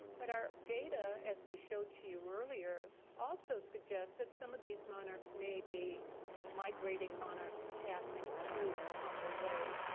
but our data, as we showed to you earlier, also suggests that some of these monarchs may be migrating monarchs passing through on their way.